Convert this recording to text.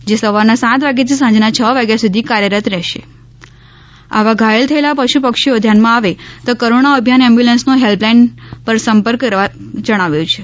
જે સવારના સાત વાગ્યાથી સાંજના છ વાગ્યા સુધી કાર્યરત રહેશે આવા ઘાયલ થયેલા પશુ પક્ષીઓ ધ્યાનમાં આવે તો કરૂણા અભિયાન એમ્બ્યુલન્સનો હેલ્પલાઇન પર સંપર્ક કરવા જણાવાયું છે